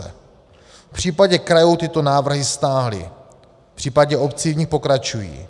V případě krajů tyto návrhy stáhly, v případě obcí v nich pokračují.